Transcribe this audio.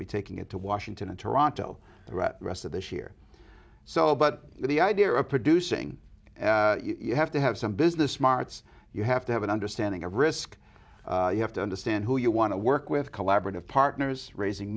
to be taking it to washington and toronto throughout the rest of this year so but the idea of producing you have to have some business smarts you have to have an understanding of risk you have to understand who you want to work with collaborative partners raising